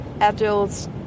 Adults